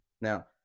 Now